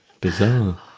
bizarre